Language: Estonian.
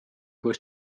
kus